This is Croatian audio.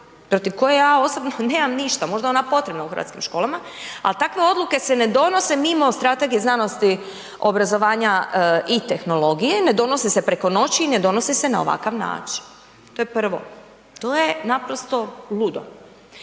protiv koja ja osobno nemam ništa, možda je potrebna u hrvatskim školama, ali takve odluke se ne donose mimo Strategije znanosti, obrazovanja i tehnologije, ne donose se preko noći, ne donose se na ovakav način. To je prvo, to je naprosto ludo.